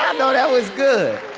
um know that was good.